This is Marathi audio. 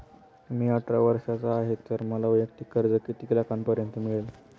मी अठरा वर्षांचा आहे तर मला वैयक्तिक कर्ज किती लाखांपर्यंत मिळेल?